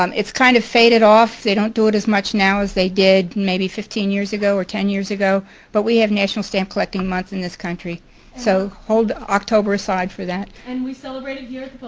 um it's kind of faded off they don't do it as much now as they did maybe fifteen years ago or ten years ago but we have national stamp collecting months in this country so hold october aside for that. and we celebrate it here